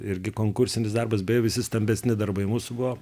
irgi konkursinis darbas beje visi stambesni darbai mūsų buvo